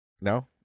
no